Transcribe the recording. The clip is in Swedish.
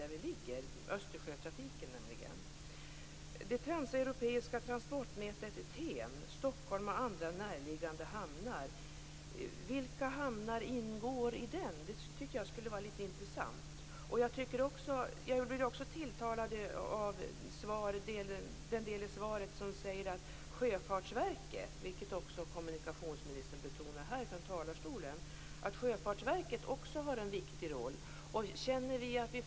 Kommunikationsministern nämner det transeuropeiska transportnätverket TEN och Stockholm och andra närliggande hamnar. Vilka hamnar ingår där? Jag tycker att det skulle vara intressant att höra litet om det. Jag blir också tilltalad av den del av svaret som säger att Sjöfartsverket också har en viktig roll, vilket kommunikationsministern också betonar här från talarstolen.